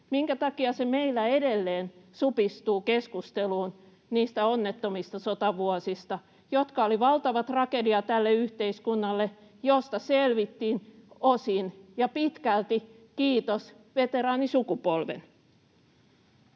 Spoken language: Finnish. Minkä takia se meillä edelleen supistuu keskusteluun niistä onnettomista sotavuosista, jotka olivat tälle yhteiskunnalle valtava tragedia, josta selvittiin osin ja pitkälti kiitos veteraanisukupolven?